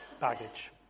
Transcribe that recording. baggage